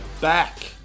back